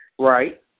Right